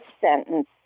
sentence